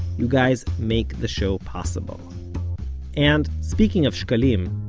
you guys make the show possible and, speaking of shkalim,